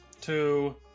two